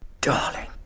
darling